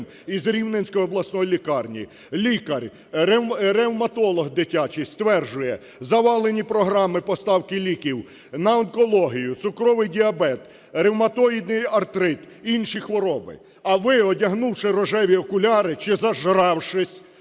з Рівненської обласної лікарні. Лікар-ревматолог дитячий стверджує – завалені програми поставки ліків на онкологію, цукровий діабет, ревматоїдний артрит, інші хвороби. А ви, одягнувши рожеві окуляри чи зажравшись,